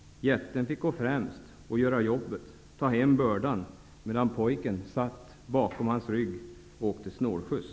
Jätten fick gå främst och göra jobbet för att ta hem bördan, medan pojken satt på bakre ändan av stocken och åkte snålskjuts.